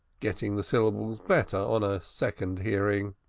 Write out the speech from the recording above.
getting the syllables better on a second hearing.